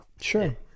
sure